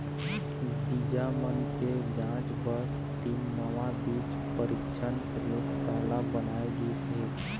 बीजा मन के जांच बर तीन नवा बीज परीक्छन परयोगसाला बनाए गिस हे